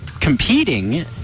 competing